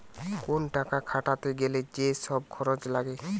কোন টাকা খাটাতে গ্যালে যে সব খরচ লাগে